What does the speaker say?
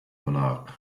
monarch